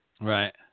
Right